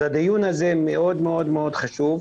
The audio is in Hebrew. אז הדיון הזה מאוד חשוב.